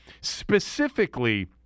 Specifically